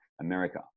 America